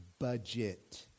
Budget